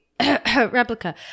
replica